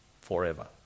forever